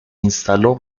instaló